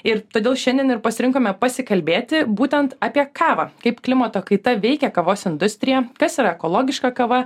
ir todėl šiandien ir pasirinkome pasikalbėti būtent apie kavą kaip klimato kaita veikia kavos industriją kas yra ekologiška kava